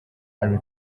ali